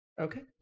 okay